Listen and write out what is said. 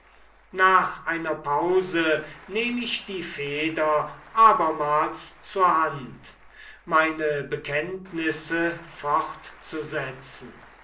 nach einer pause nehm ich die feder abermals zur hand meine bekenntnisse fortzusetzen